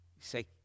say